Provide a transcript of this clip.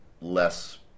less